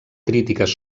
crítiques